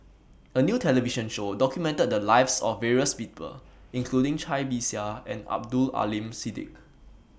A New television Show documented The Lives of various People including Cai Bixia and Abdul Aleem Siddique